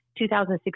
2016